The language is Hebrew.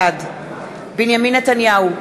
בעד בנימין נתניהו,